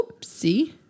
Oopsie